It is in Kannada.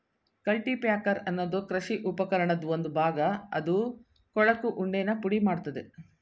ಕಲ್ಟಿಪ್ಯಾಕರ್ ಅನ್ನೋದು ಕೃಷಿ ಉಪಕರಣದ್ ಒಂದು ಭಾಗ ಅದು ಕೊಳಕು ಉಂಡೆನ ಪುಡಿಮಾಡ್ತದೆ